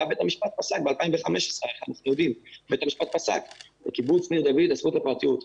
מה בית המשפט פסק ב-2015 ובית המשפט פסק שלקיבוץ ניר דוד הזכות לפרטיות,